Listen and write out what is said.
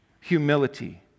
humility